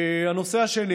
הנושא השני